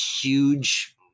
huge